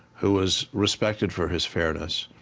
who was respected for his fairness,